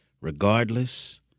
regardless